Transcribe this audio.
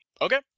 Okay